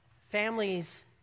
families